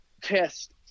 test